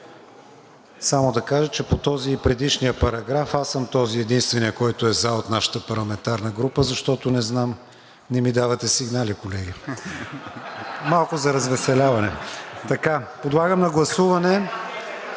Само да кажа, че по този и предишния параграф аз съм единственият, който е за, от нашата парламентарна група, защото не ми давате сигнали, колеги. (Смях.) Малко за развеселяване. Подлагам на гласуване